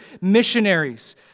missionaries